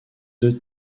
deux